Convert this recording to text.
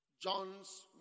John's